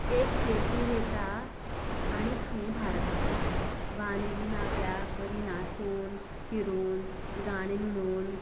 एक प्लेसिर येता आनी थंय भार काडटा वानी बीन आपल्याक बरीं नाचून फिरोन गाणें म्हणोन